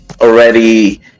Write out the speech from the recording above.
already